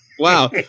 Wow